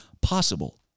possible